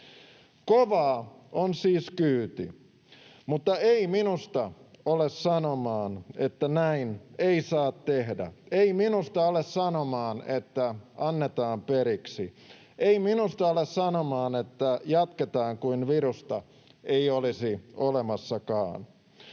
Kovaa on siis kyyti. Mutta ei minusta ole sanomaan, että näin ei saa tehdä. Ei minusta ole sanomaan, että annetaan periksi. Ei minusta ole sanomaan, että jatketaan kuin virusta ei olisi olemassakaan.